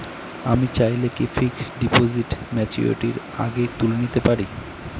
আমি চাইলে কি ফিক্সড ডিপোজিট ম্যাচুরিটির আগেই তুলে নিতে পারি?